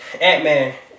Ant-Man